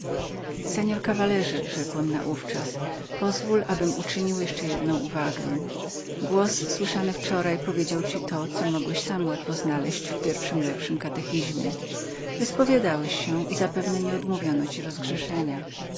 mości kawalerze rzekłem naówczas pozwól abym uczynił jeszcze jedną uwagę głos słyszany wczora powiedział ci to co mogłeś sam łatwo znaleźć w pierwszym lepszym katechizmie wyspowiadałeś się i zapewne nie odmówiono ci rozgrzeszenia